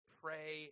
pray